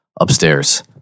upstairs